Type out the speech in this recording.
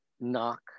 knock